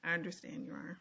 i understand your